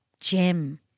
gem